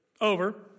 over